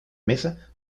mesa